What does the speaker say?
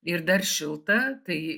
ir dar šilta tai